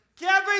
Kevin